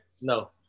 No